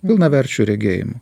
pilnaverčiu regėjimu